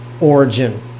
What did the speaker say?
origin